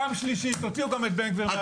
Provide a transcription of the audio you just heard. פעם שלישית, תוציאו גם את בן גביר מהדיון.